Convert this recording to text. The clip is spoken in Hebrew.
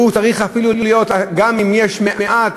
גם אם יש מעט,